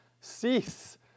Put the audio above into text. cease